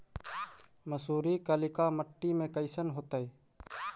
मसुरी कलिका मट्टी में कईसन होतै?